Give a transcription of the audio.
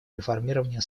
реформирования